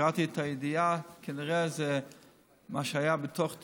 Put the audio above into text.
קראתי את הידיעה, כנראה זה מה שהיה בתוך הדיונים,